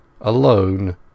alone